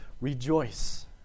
rejoice